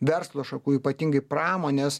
verslo šakų ypatingai pramonės